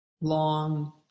long